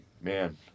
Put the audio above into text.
man